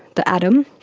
the atom,